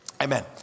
amen